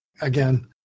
again